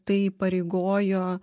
tai įpareigojo